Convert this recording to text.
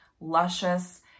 luscious